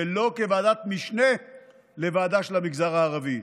לא כוועדת משנה לוועדה של המגזר הערבי.